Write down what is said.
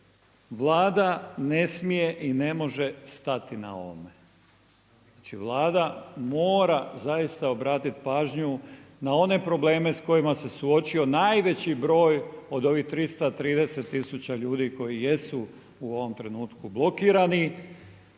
Vlada ne smije i ne može stati na ovome. Znači Vlada mora zaista obratiti pažnju na one probleme s kojima se suočio najveći broj od ovih 330 tisuća ljudi koji jesu u ovom trenutku blokirani.